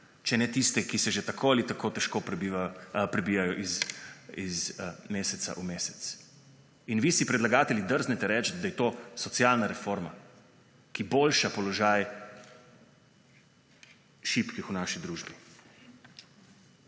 če ne tiste, ki se že tako ali tako težko prebivajo iz meseca v mesec. In vi si predlagatelji drznete reči, da je to socialna reforma, ki boljša položaj šibkih v naši družbi.